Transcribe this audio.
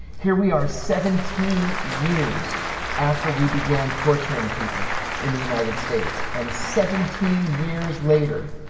here we are, seventeen years after we began torturing people in the united states, and seventeen years later,